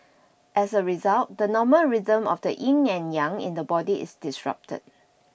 as a result the normal rhythm of the Yin and Yang in the body is disrupted